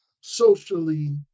socially